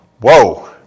whoa